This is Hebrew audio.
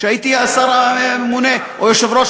כשהייתי השר הממונה או היושב-ראש,